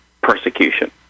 persecution